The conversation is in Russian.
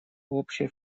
общее